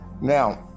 Now